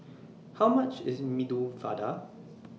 How much IS Medu Vada